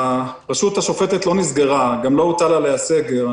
הרשות השופטת לא נסגרה, גם לא הוטל עליה סגר.